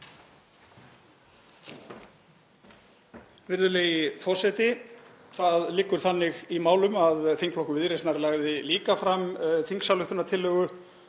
Virðulegi forseti. Það liggur þannig í málum að þingflokkur Viðreisnar lagði líka fram þingsályktunartillögu